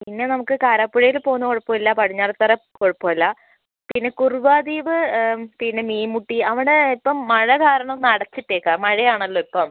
പിന്നെ നമുക്ക് കാരാപ്പുഴയിൽ പോകുന്നത് കുഴപ്പമില്ല പടിഞ്ഞാറേത്തറ കുഴപ്പമില്ല പിന്നെ കുറുവാ ദ്വീപ് പിന്നെ മീൻമുട്ടി അവിടെ ഇപ്പം മഴ കാരണം ഒന്ന് അടച്ചിട്ടിരിക്കുകയാണ് മഴയാണല്ലോ ഇപ്പം